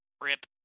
rip